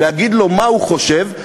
להגיד למה הוא חושב.